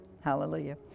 Hallelujah